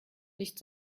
nicht